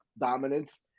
dominance